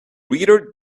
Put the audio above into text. reader